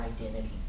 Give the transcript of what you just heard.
identity